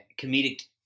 comedic